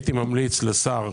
הייתי ממליץ לשר,